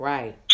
Right